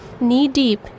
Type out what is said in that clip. knee-deep